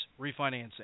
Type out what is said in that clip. refinancing